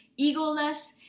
egoless